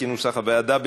כנוסח הוועדה.